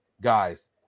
guys